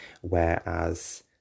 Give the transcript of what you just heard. whereas